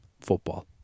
Football